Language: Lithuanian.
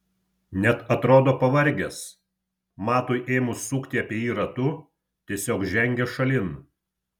net atrodo pavargęs matui ėmus sukti apie jį ratu tiesiog žengia šalin